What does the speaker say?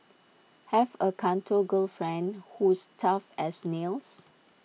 have A Canto girlfriend who's tough as nails